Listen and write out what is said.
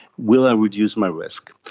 will i reduce my risk.